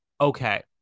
Okay